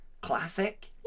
classic